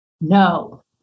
No